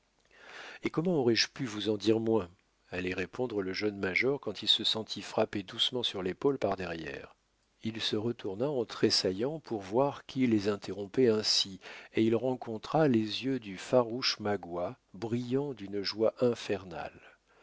et comment aurais-je pu vous en dire moins allait répondre le jeune major quand il se sentit frapper doucement sur l'épaule par derrière il se retourna en tressaillant pour voir qui les interrompait ainsi et il rencontra les yeux du farouche magua brillant d'une joie infernale